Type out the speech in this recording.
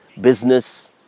business